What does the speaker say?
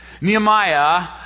Nehemiah